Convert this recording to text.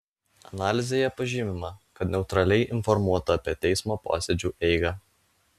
analizėje pažymima kad neutraliai informuota apie teismo posėdžių eigą